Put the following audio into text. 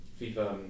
FIFA